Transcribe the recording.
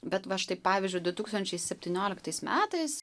bet va štai pavyzdžiui du tūkstančiai septynioliktais metais